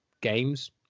games